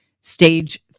Stage